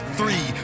Three